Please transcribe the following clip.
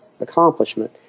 accomplishment